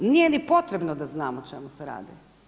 Nije ni potrebno da znam o čemu se radi.